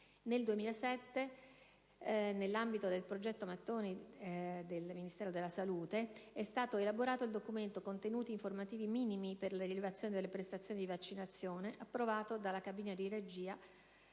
del Servizio sanitario nazionale», del Ministero della Salute, è stato elaborato il documento «Contenuti informativi minimi per la rilevazione delle prestazioni di vaccinazione», approvato dalla cabina di regia